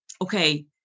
okay